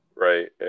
Right